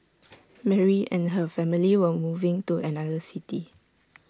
Mary and her family were moving to another city